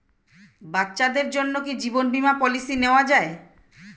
বাচ্চাদের জন্য কি জীবন বীমা পলিসি নেওয়া যায়?